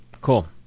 Cool